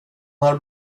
har